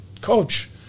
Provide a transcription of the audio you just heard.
Coach